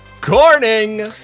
Corning